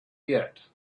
yet